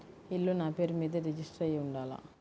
ఇల్లు నాపేరు మీదే రిజిస్టర్ అయ్యి ఉండాల?